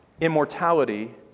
immortality